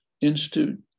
Institute